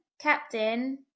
captain